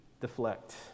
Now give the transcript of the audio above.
deflect